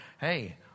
Hey